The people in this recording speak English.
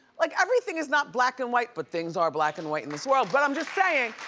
like everything is not black and white, but things are black and white in this world, but i'm just saying,